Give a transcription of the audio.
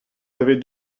avez